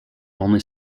only